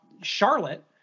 Charlotte